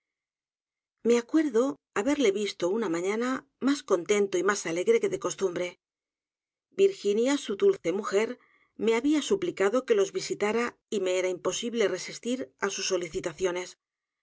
me acuerdo haberle visto una mañana más contento y más alegre que de costumbre virginia su dulce mujer me había suplicado que los visitará y me era imposible resistir á sus solicitaciones